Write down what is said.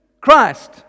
Christ